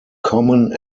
common